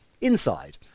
inside